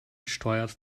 steuert